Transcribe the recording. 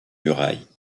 muraille